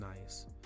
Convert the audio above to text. nice